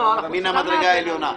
מן המדרגה העליונה.